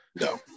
No